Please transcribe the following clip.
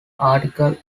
article